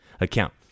account